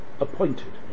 appointed